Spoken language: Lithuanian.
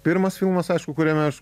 pirmas filmas aišku kuriame aš